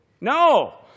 No